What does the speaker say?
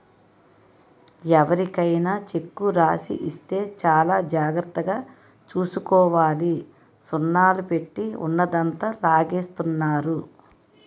ఎవరికైనా చెక్కు రాసి ఇస్తే చాలా జాగ్రత్తగా చూసుకోవాలి సున్నాలు పెట్టి ఉన్నదంతా లాగేస్తున్నారు